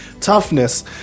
toughness